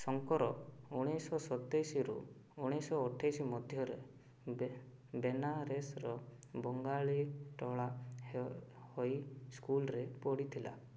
ଶଙ୍କର ଉଣେଇଶହ ସତେଇଶରୁ ଉଣେଇଶହ ଅଠେଇଶ ମଧ୍ୟରେ ବେ ବେନାରେସର ବଙ୍ଗାଳୀଟୋଳା ହେ ହୋଇ ସ୍କୁଲରେ ପଡ଼ିଥିଲା